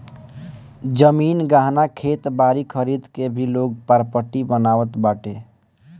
जमीन, गहना, खेत बारी खरीद के भी लोग प्रापर्टी बनावत बाटे